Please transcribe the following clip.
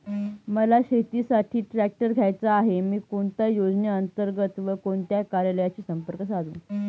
मला शेतीसाठी ट्रॅक्टर घ्यायचा आहे, मी कोणत्या योजने अंतर्गत व कोणत्या कार्यालयाशी संपर्क साधू?